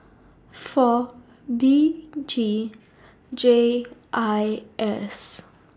four B G J I S